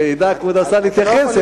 שידע כבוד השר להתייחס אליה.